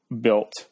built